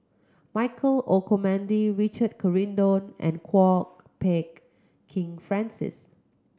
Michael Olcomendy Richard Corridon and Kwok Peng Kin Francis